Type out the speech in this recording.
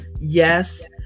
Yes